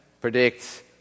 predict